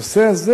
הנושא הזה,